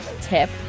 tip